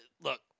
look